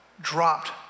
dropped